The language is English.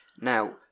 Now